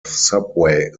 subway